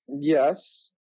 Yes